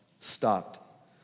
stopped